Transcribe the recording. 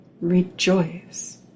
Rejoice